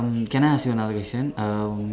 um can I ask you another question um